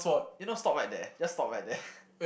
you know stop right there just stop right there